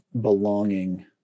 belonging